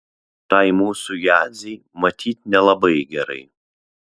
tai mūsų jadzei matyt nelabai gerai